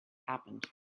happened